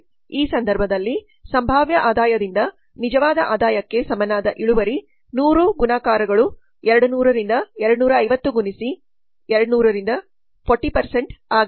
ಈ ಸಂದರ್ಭದಲ್ಲಿ ಸಂಭಾವ್ಯ ಆದಾಯದಿಂದ ನಿಜವಾದ ಆದಾಯಕ್ಕೆ ಸಮನಾದ ಇಳುವರಿ 100 ಗುಣಾಕಾರಗಳು 200 ರಿಂದ 250 ಗುಣಿಸಿ 200 ರಿಂದ 40 ಆಗಿದೆ